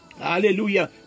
hallelujah